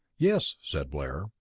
yes, said blair,